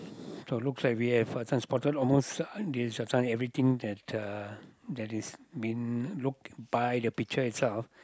so looks like we have uh this one spotted almost this one everything that uh that is been look by the picture itself